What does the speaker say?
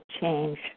change